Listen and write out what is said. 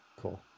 cool